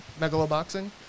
megaloboxing